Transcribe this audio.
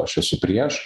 aš esu prieš